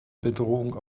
bedrohung